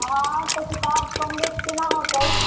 हाँ तऽ किताब कम बेसी तऽ नहि होतै